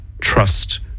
trust